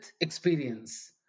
experience